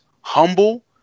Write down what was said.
humble